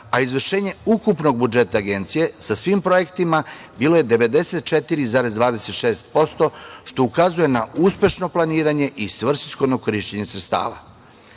a izvršenje ukupnog budžeta Agencije sa svim projektima bilo je 94,26%, što ukazuje na uspešno planiranje i svrsishodno korišćenje